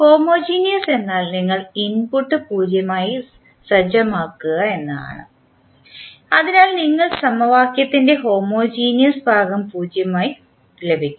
homogeneous എന്നാൽ നിങ്ങൾ input 0 ആയി സജ്ജമാക്കുക എന്നാണ് അതിനാൽ നിങ്ങൾക്ക് സമവാക്യത്തിൻറെ ഹോമോജീനിയസ് ഭാഗം 0 ആയി ലഭിക്കും